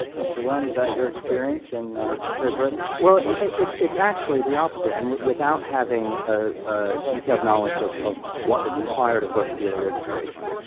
mr. lynn, is that ah your experience in great britain? well, it's it's actually the opposite. and without having ah detailed knowledge of of what is required of broker dealer registration,